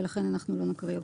ולכן אנחנו לא נקרא אותן.